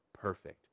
perfect